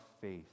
faith